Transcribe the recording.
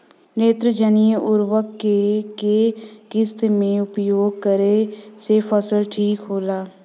नेत्रजनीय उर्वरक के केय किस्त मे उपयोग करे से फसल ठीक होला?